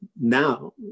now